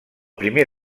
primer